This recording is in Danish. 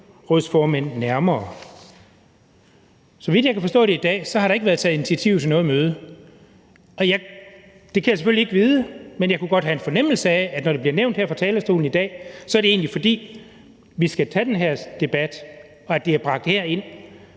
regionsrådsformænd nærmere.« Så vidt jeg kan forstå det i dag, har der ikke været taget initiativ til noget møde. Jeg kan selvfølgelig ikke vide det, men jeg kunne godt have en fornemmelse af, at når det bliver nævnt her fra talerstolen i dag, er det egentlig, fordi vi skal tage den her debat, for det er bragt herind.